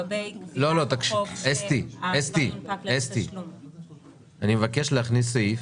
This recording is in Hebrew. אני מבקש להכניס סעיף